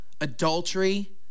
adultery